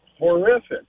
Horrific